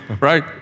right